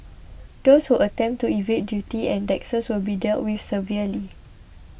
those who attempt to evade duty and taxes will be dealt with severely